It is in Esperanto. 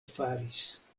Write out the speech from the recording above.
faris